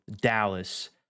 Dallas